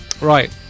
right